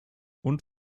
und